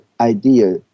idea